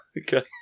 Okay